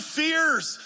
fears